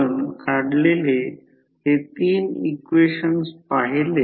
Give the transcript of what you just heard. flux B A हे magnetic सर्किटमध्ये पाहिले आहे हे B फ्लक्स डेन्सिटी आहे आणि A क्रॉस सेक्शनल एरिया आहे